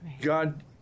God